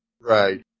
Right